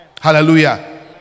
Hallelujah